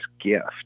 gift